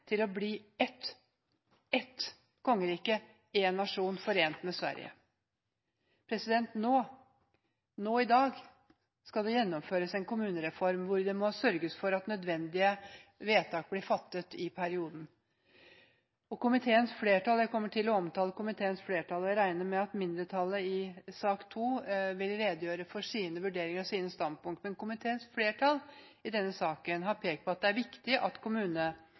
til å bli ett kongerike – én nasjon – forent med Sverige. Nå! – nå i dag skal det gjennomføres en kommunereform hvor det må sørges for at nødvendige vedtak blir fattet i perioden. Jeg kommer til å omtale komiteens flertall. Jeg regner med at mindretallet i sak nr. 2 vil redegjøre for sine vurderinger og standpunkter, men komiteens flertall i denne saken har pekt på at det er viktig at